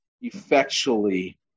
effectually